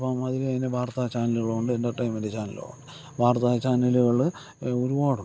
അപ്പം അതിൽ തന്നെ വാർത്താ ചാനലുകളുണ്ട് എൻ്റർടെയിൻമെൻറ് ചാനലുകളുമുണ്ട് വാർത്താ ചാനലുകൾ ഒരുപാടുണ്ട്